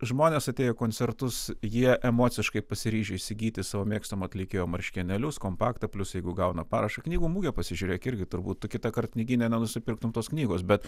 žmonės atėję į koncertus jie emociškai pasiryžę įsigyti savo mėgstamo atlikėjo marškinėlius kompaktą plius jeigu gauna parašą knygų mugė pasižiūrėk irgi turbūt tu kitąkart knygyne nenusipirktum tos knygos bet